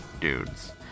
dudes